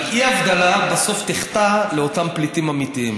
אבל אי-הבדלה בסוף תחטא לאותם פליטים אמיתיים.